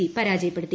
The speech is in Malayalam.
സി പരാജയപ്പെടുത്തി